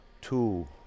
two